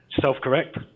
self-correct